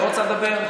לא רוצה לדבר?